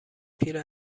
پیر